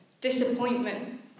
disappointment